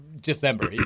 December